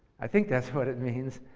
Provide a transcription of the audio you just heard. i think that's what it means.